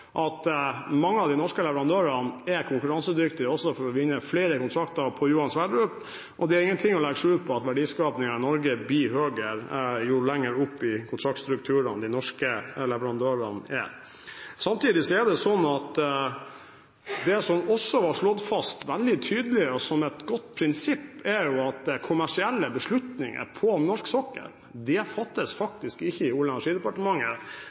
at mange av de norske leverandørene er konkurransedyktige når det gjelder å vinne flere kontrakter på Johan Sverdrup, og det er ikke til å legge skjul på at verdiskapingen i Norge blir høyere jo lenger opp i kontraktsstrukturene de norske leverandørene er. Samtidig er det slik at det som også var slått fast veldig tydelig og som et godt prinsipp, er at kommersielle beslutninger på norsk sokkel fattes faktisk ikke i Olje- og